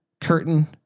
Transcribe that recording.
curtain